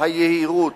היהירות,